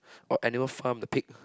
oh anyone farm the pig